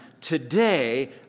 Today